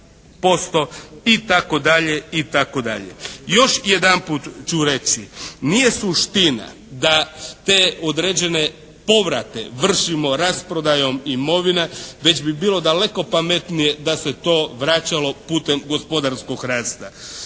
itd. itd. Još jedanput ću reći nije suština da te određene povrate vršimo rasprodajom imovina već bi bilo daleko pametnije da se to vraćalo putem gospodarskog rasta.